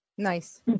Nice